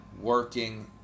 working